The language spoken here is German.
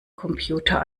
computer